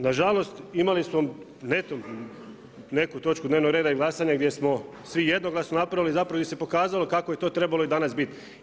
Nažalost imali su neku točku dnevnog reda i glasanja i gdje smo svi jednoglasni napravili i zapravo gdje se pokazalo kako je to trebalo i danas biti.